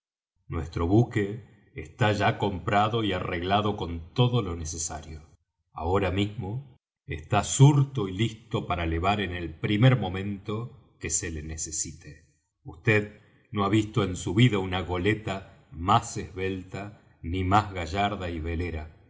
nuestro buque está ya comprado y arreglado con todo lo necesario ahora mismo está surto y listo para levar en el primer momento que se le necesite vd no ha visto en su vida una goleta más esbelta ni más gallarda y velera